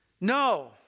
No